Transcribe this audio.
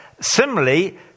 Similarly